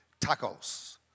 Tacos